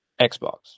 Xbox